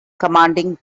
commanding